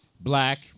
black